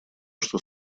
что